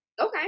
Okay